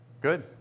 good